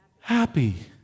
happy